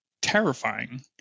terrifying